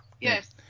Yes